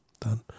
done